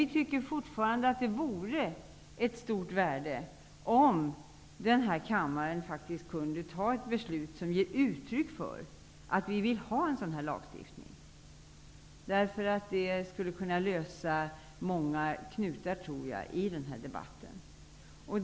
Vi anser fortfarande att det vore av stort värde om denna kammare faktiskt kunde fatta ett beslut som ger uttryck för att vi vill ha en lagstiftning i fråga om detta. Jag tror att det skulle kunna lösa många knutar i denna debatt.